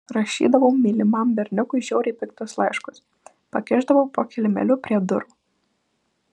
rašydavau mylimam berniukui žiauriai piktus laiškus pakišdavau po kilimėliu prie durų